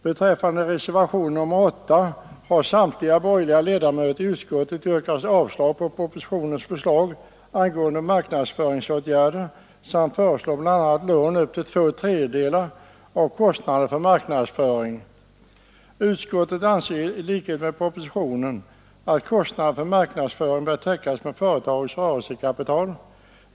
Beträffande reservation nr 8 har samtliga borgerliga ledamöter i utskottet yrkat avslag på propositionens förslag angående marknadsföringsåtgärder samt föreslår bl.a. lån upp till två tredjedelar av kostnaderna för marknadsföring. Utskottet anser i likhet med vad som står i propositionen att kostnaderna för marknadsföring bör täckas med företagets rörelsekapital.